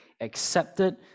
accepted